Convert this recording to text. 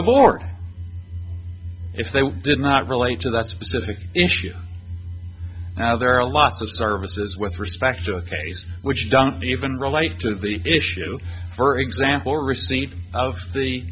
the board if they did not relate to that specific issue now there are lots of services with respect to ok's which don't even relate to the issue for example or receipt of the